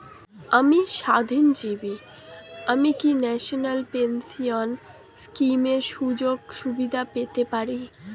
আমি স্বাধীনজীবী আমি কি ন্যাশনাল পেনশন স্কিমের সুযোগ সুবিধা পেতে পারি?